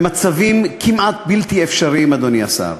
במצבים כמעט בלתי אפשריים, אדוני השר.